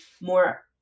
more